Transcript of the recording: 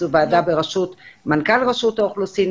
זו ועדה ראשות מנכ"ל רשות האוכלוסין,